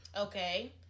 Okay